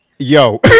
Yo